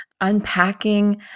unpacking